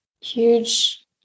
huge